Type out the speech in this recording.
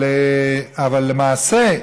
אבל למעשה,